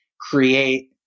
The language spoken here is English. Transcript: create